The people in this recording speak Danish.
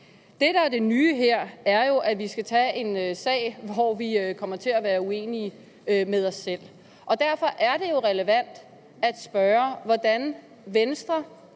Det, der er det nye her, er jo, at vi skal tage en sag, hvor vi kommer til at være uenige med os selv. Og derfor er det jo relevant at spørge, hvordan Venstre